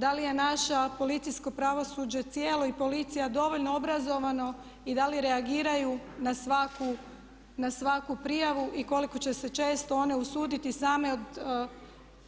Da li je naša policijsko pravosuđe cijelo i policija dovoljno obrazovano i da li reagiraju na svaku prijavu i koliko će se često one usuditi same od